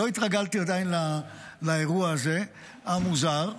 עדיין לא התרגלתי לאירוע המוזר הזה.